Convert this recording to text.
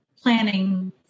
planning